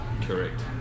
Correct